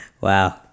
wow